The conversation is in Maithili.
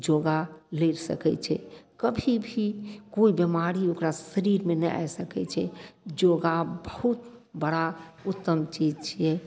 योगा लड़ि सकय छै कभी भी कोइ बीमारी ओकरा शरीरमे नहि आबि सकय छै योगा बहुत बड़ा उत्तम चीज छियै